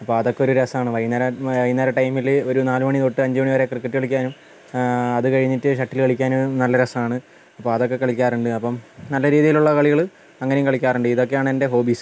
അപ്പം അതൊക്കെ ഒരു രസമാണ് വൈകുന്നേരം വൈകുന്നേരം ടൈമിൽ ഒരു നാല് മണി തൊട്ട് അഞ്ച് മണി വരെ ക്രിക്കറ്റ് കളിക്കാനും അത് കഴിഞ്ഞിട്ട് ഷട്ടില് കളിക്കാനും നല്ല രസമാണ് അപ്പം അതൊക്കെ കളിക്കാറുണ്ട് അപ്പം നല്ല രീതിയിലുള്ള കളികൾ അങ്ങനെയും കളിക്കാറുണ്ട് ഇതൊക്കെയാണ് എൻ്റെ ഹോബീസ്